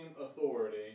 authority